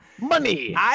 Money